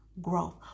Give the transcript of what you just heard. growth